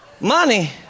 money